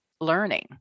learning